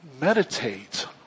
meditate